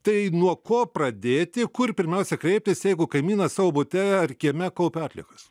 tai nuo ko pradėti kur pirmiausia kreiptis jeigu kaimynas savo bute ar kieme kaupia atliekas